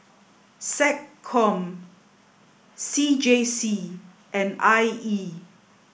SecCom C J C and I E